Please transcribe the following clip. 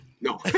no